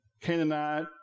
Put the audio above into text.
Canaanite